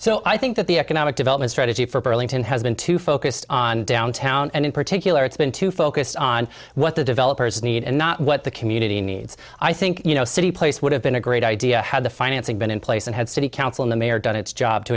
so i think that the economic development strategy for burlington has been too focused on downtown and in particular it's been too focused on what the developers need and not what the community needs i think you know city place would have been a great idea had the financing been in place and had city council in the mayor done its job to